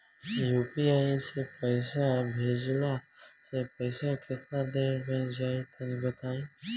UPI से पईसा भेजलाऽ से पईसा केतना देर मे जाई तनि बताई?